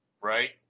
right